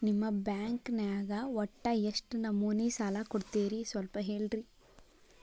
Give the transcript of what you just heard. ನಿಮ್ಮ ಬ್ಯಾಂಕ್ ನ್ಯಾಗ ಒಟ್ಟ ಎಷ್ಟು ನಮೂನಿ ಸಾಲ ಕೊಡ್ತೇರಿ ಸ್ವಲ್ಪ ಹೇಳ್ರಿ